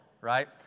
right